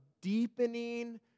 deepening